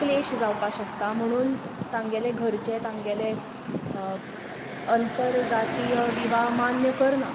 क्लेश जावपाक शकता म्हणून तांगेले घरचे तांगेले आंतरजातीय विवाह मान्य करना